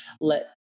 let